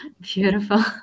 Beautiful